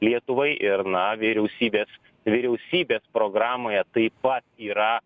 lietuvai ir na vyriausybės vyriausybės programoje taip pat yra